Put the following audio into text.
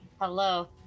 Hello